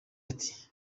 ati